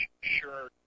sure